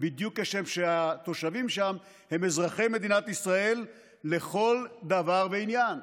בדיוק כשם שהתושבים שם הם אזרחי מדינת ישראל לכל דבר ועניין.